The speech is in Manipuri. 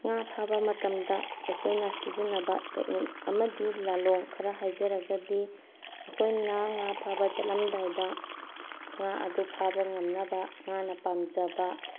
ꯉꯥ ꯐꯥꯕ ꯃꯇꯝꯗ ꯑꯩꯈꯣꯏꯅ ꯁꯤꯖꯤꯟꯅꯕ ꯇꯦꯛꯅꯤꯛ ꯑꯃꯗꯤ ꯂꯥꯜꯂꯣꯡ ꯈꯔ ꯍꯥꯏꯖꯔꯒꯗꯤ ꯑꯩꯈꯣꯏꯅ ꯉꯥ ꯐꯥꯕ ꯆꯠꯂꯝꯗꯥꯏꯗ ꯉꯥ ꯑꯗꯨ ꯐꯥꯕ ꯉꯝꯅꯕ ꯉꯥꯅ ꯄꯥꯝꯖꯕ